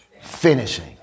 Finishing